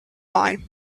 mine